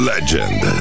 Legend